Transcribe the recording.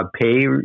pay